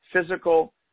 physical